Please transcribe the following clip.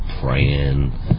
praying